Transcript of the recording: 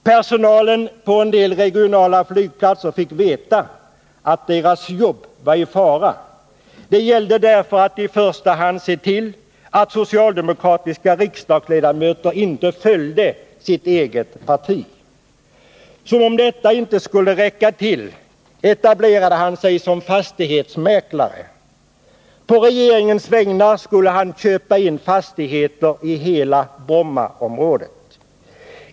Personalen på en del regionala flygplatser fick veta att deras jobb var i fara — det gällde därför att i första hand se till att socialdemokratiska riksdagsledamöter inte följde sitt eget parti. Som om detta inte skulle räcka till etablerade han sig som fastighetsmäklare. På regeringens vägnar skulle han köpa in fastigheter i hela Brommaområdet.